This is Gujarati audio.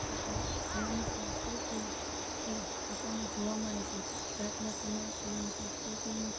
તથા ત્યાંની સંસ્કૃતિ એ આપણને જોવા મળે છે રાતના સમયે ત્યાંની સંસ્કૃતિ